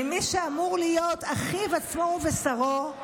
ממי שאמור להיות אחיו עצמו ובשרו,